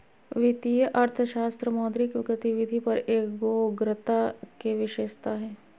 वित्तीय अर्थशास्त्र मौद्रिक गतिविधि पर एगोग्रता के विशेषता हइ